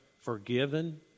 forgiven